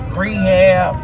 rehab